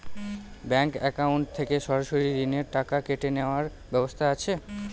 Bank account থেকে সরাসরি ঋণের টাকা কেটে নেওয়ার ব্যবস্থা আছে?